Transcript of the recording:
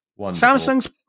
Samsung's